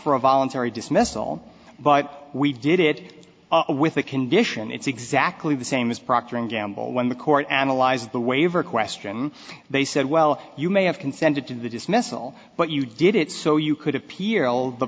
for a voluntary dismissal but we did it with a condition it's exactly the same as proctor and gamble when the court analyzed the waiver question they said well you may have consented to the dismissal but you did it so you could appear all the